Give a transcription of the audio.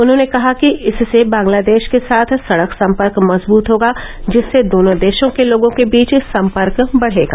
उन्होंने कहा कि इससे बांग्लादेश के साथ सडक सम्पर्क मजबूत होगा जिससे दोनों देशों के लोगों के बीच सम्पर्क बढ़ेगा